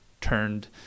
turned